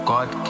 God